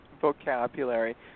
vocabulary